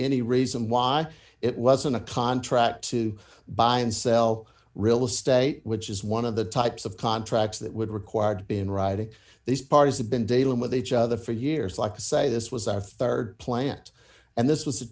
any reason why it wasn't a contract to buy and sell real estate which is one of the types of contracts that would require to be in writing these parties have been dealing with each other for years like to say this was our rd plant and this was